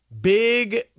big